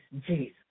Jesus